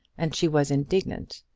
and she was indignant.